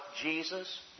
Jesus